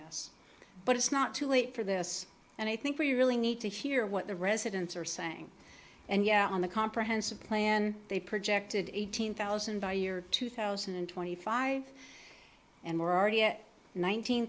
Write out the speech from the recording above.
mess but it's not too late for this and i think we really need to hear what the residents are saying and yeah on the comprehensive plan they projected eighteen thousand by year two thousand and twenty five and we're already at